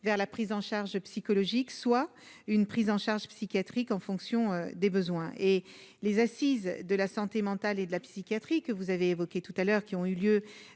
vers la prise en charge psychologique soit une prise en charge psychiatrique en fonction des besoins et les assises de la santé mentale et de la psychiatrie que vous avez évoqué tout à l'heure qui ont eu lieu